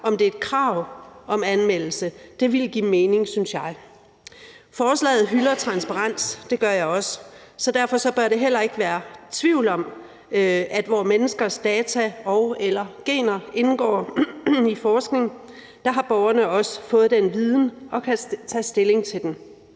om der er et krav om anmeldelse. Det ville give mening, synes jeg. Forslaget hylder transparens. Det gør jeg også. Derfor bør der heller ikke være tvivl om, at hvor menneskers data og/eller genetisk data indgår i forskning, har borgerne også fået den viden og kan tage stilling til det.